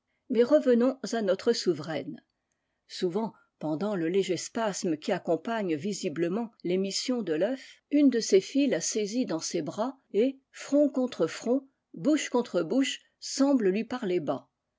mais revenons à notre souveraine souvent pendant le léger spasme qui accompagne visiblement l'émission de l'œuf une de ses filles la saisit dans ses b ît front contre front bouche contre bouche semble lui parler bas